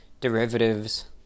derivatives